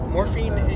Morphine